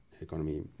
Economy